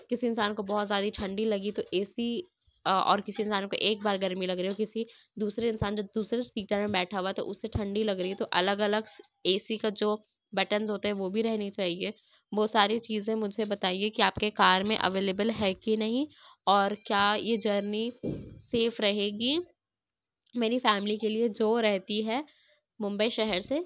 کسی انسان کو بہت زیادہ ٹھنڈی لگی تو اے سی اور کسی انسان کو ایک بار گرمی لگ رہی ہو کسی دوسرے انسان جو دوسرے سیٹر میں بیٹھا ہوا ہے تو اسے ٹھنڈی لگ رہی ہے تو الگ الگ اے سی کا جو بٹنز ہوتے ہیں تو وہ بھی رہنے چاہیے وہ ساری چیزیں مجھے بتائیے کیا آپ کے کار میں اویلیبل ہیں کہ نہیں اور کیا یہ جرنی سیف رہے گی میری فیملی کے لیے جو رہتی ہے ممبئی شہر سے